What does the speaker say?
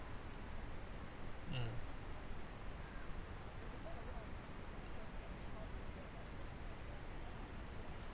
mm